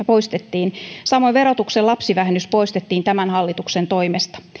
poistettiin samoin verotuksen lapsivähennys poistettiin tämän hallituksen toimesta